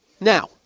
Now